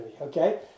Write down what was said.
Okay